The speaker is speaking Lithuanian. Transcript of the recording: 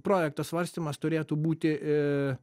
projekto svarstymas turėtų būti